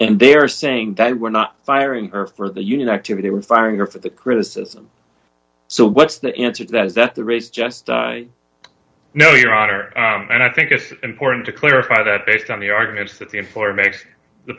and they're saying that we're not firing her for the union activity we're firing her for the criticism so what's the answer to that just no your honor and i think it's important to clarify that based on the arguments that the employer makes the